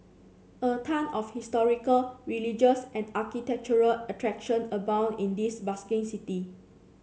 a ton of historical religious and architectural attraction abound in this bustling city